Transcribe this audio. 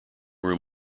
room